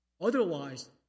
Otherwise